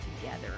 together